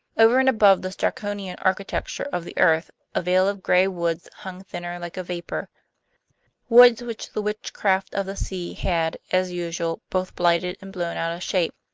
over and above this draconian architecture of the earth a veil of gray woods hung thinner like a vapor woods which the witchcraft of the sea had, as usual, both blighted and blown out of shape.